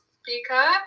speaker